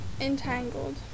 entangled